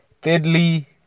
Thirdly